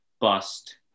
bust